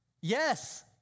Yes